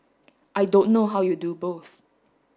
I don't know how you do both